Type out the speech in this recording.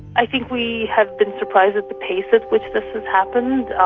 i think we have been surprised at the pace at which this has happened.